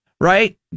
right